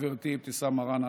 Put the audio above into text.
חברתי אבתיסאם מראענה,